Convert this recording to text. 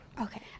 Okay